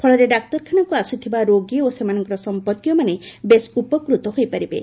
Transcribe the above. ଫଳରେ ଡାକ୍ତରଖାନାକୁ ଆସୁଥିବା ରୋଗୀ ଓ ସେମାନଙ୍କ ସମ୍ମର୍କୀୟମାନେ ବେଶ ଉପକୃତ ହୋଇପାରିବେ